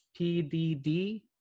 PDD